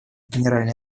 генеральной